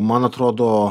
man atrodo